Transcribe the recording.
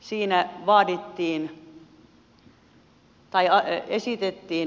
siinä esitettiin